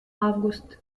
август